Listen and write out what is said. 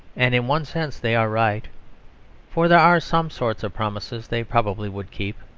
and in one sense they are right for there are some sorts of promises they probably would keep.